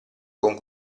con